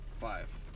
five